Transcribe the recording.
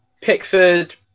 Pickford